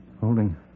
Holding